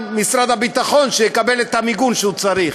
משרד הביטחון שיקבל את המיגון שהוא צריך.